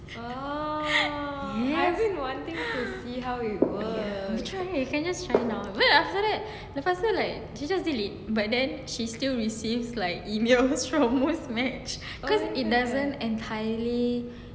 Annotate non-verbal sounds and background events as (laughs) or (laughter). (laughs) yes ya you try you can just try now after that lepas tu like she just delete but then she still receives like emails from cross match cause it doesn't entirely